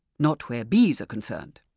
not where bees are concerned.